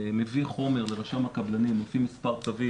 מביא חומר לרשם הקבלנים לפי מספר צווים,